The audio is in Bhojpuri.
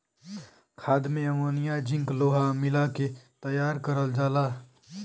खाद में अमोनिया जिंक लोहा मिला के तैयार करल जाला